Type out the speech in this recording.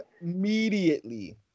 Immediately